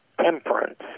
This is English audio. temperance